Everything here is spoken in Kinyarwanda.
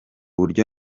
buryo